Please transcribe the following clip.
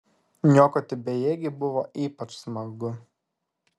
niokoti bejėgį buvo ypač smagu